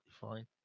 fine